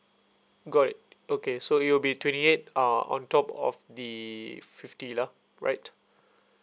got it okay so it'll be twenty eight uh on top of the fifty lah right